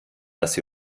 dass